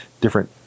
different